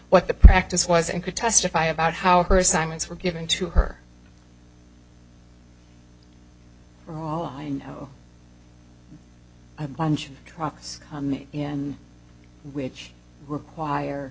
what the practice was and could testify about how her assignments were given to her for all i know a bunch of rocks which require